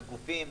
וגופים,